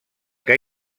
que